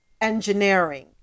engineering